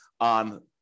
on